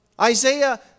Isaiah